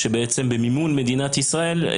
בעצם במימון מדינת ישראל.